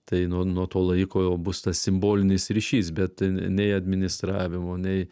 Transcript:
tai nuo nuo to laiko jau bus tas simbolinis ryšys bet nei administravimo nei